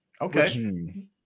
okay